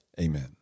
amen